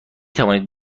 توانید